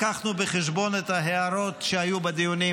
לקחנו בחשבון את ההערות שהיו בדיונים,